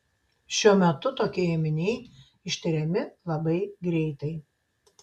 šiuo metu tokie ėminiai ištiriami labai greitai